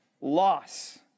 Loss